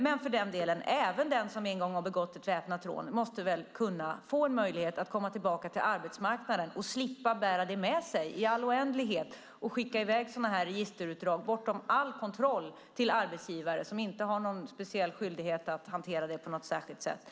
Men även den som en gång begått ett väpnat rån måste väl kunna få möjlighet att komma tillbaka till arbetsmarknaden och slippa bära det med sig i all oändlighet, att bortom all kontroll behöva skicka i väg registerutdrag till arbetsgivare som inte har någon speciell skyldighet att hantera det på något särskilt sätt.